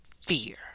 fear